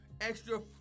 extra